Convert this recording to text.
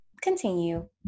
Continue